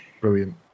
Brilliant